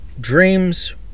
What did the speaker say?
dreams